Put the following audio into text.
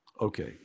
Okay